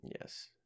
Yes